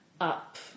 up